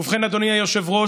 ובכן, אדוני היושב-ראש,